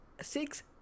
six